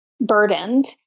burdened